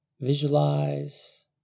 Visualize